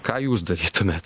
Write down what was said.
ką jūs darytumėt